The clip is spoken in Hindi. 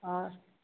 और